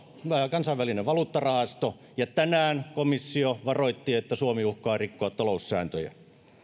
kansainvälinen valuuttarahasto ja tänään komissio varoitti että suomi uhkaa rikkoa taloussääntöjä